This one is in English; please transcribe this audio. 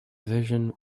vision